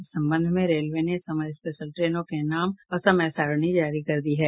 इस संबंध में रेलवे ने समर स्पेशल ट्रेनों के नाम और समय सारणी जारी कर दी है